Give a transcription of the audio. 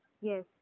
Yes